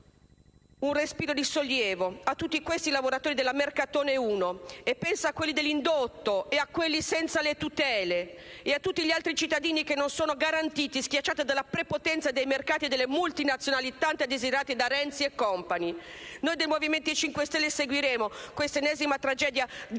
Un respiro di sollievo a tutti questi lavoratori della Mercatone Uno (e penso a tutti quelli dell'indotto e a quelli senza tutele) e a tutti gli altri cittadini che non sono garantiti, schiacciati dalla prepotenza dei mercati e delle multinazionali, tanto desiderate da Renzi e *company*. Noi del Movimento 5 Stelle seguiremo questa ennesima tragedia del lavoro